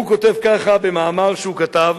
הוא כותב ככה במאמר שהוא כתב,